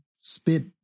spit